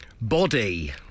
body